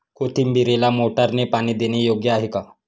कोथिंबीरीला मोटारने पाणी देणे योग्य आहे का?